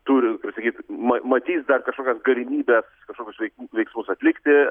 turi kaip sakyt ma matys dar kažkokias galimybes kažkokius veik veiksmus atlikti